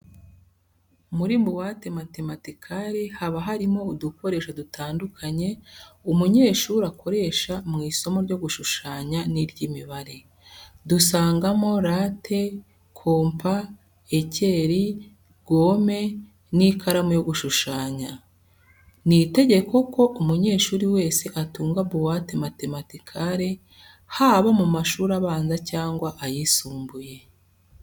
Muri buwate matematikare haba harimo udukoresho dutandukanye umunyeshuli akoresha mu isomo ryo gushushanya n'iry'imibare. Dusangamo late, kompa ekeli, gome n'ikaramu yo gushushanya. Ni itegeko ko umunyeshuri wese atunga buwate matematikare, haba mu mashuri abanza cyangwa ayisumbuye.